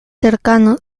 cercanos